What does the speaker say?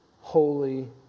holy